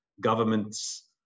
governments